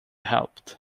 helped